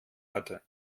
hatte